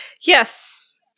yes